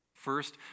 First